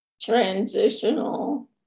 transitional